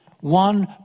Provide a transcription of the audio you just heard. One